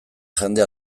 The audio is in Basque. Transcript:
jende